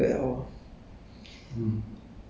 anyway now 现在有 G_P_S